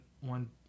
one